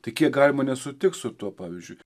tai kiek galima nesutikt su tuo pavyzdžiui